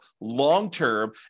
long-term